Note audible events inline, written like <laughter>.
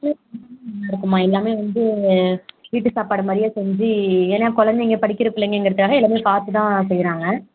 <unintelligible> எல்லாமே வந்து வீட்டு சாப்பாடு மாதிரியே செஞ்சி ஏன்னா குலந்தைங்க படிக்கிற பிள்ளைங்கங்கறதுக்காக எல்லாமே பார்த்து தான் செய்யறாங்க